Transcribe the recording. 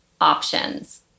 options